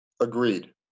Agreed